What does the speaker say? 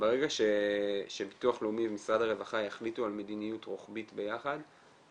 ברגע שביטוח לאומי ומשרד הרווחה יחליטו על מדיניות רוחבית ביחד,